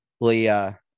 Leah